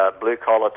blue-collar